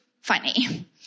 funny